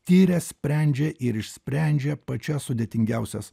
tiria sprendžia ir išsprendžia pačias sudėtingiausias